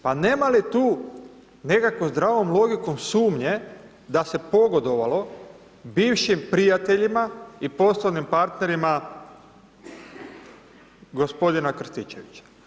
Pa nema li tu nekakve zdravom logikom sumnje da se pogodovalo bivšim prijateljima i poslovnim partnerima g. Krstičevića?